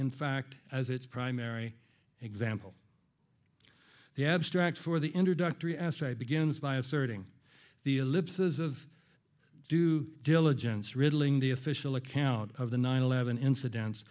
in fact as its primary example the abstract for the introductory asked i begins by asserting the ellipses of due diligence riddling the official account of the nine eleven incidents